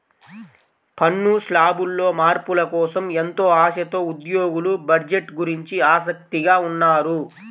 పన్ను శ్లాబుల్లో మార్పుల కోసం ఎంతో ఆశతో ఉద్యోగులు బడ్జెట్ గురించి ఆసక్తిగా ఉన్నారు